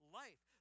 life